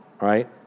right